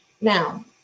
Now